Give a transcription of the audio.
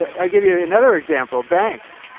i'll give you another example banks.